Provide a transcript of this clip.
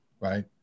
right